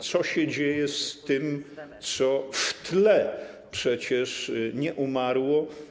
Co się dzieje z tym, co w tle przecież nie umarło?